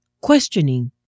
questioning